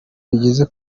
bigeze